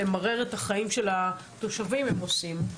למרר את החיים של התושבים הם עושים.